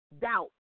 Doubt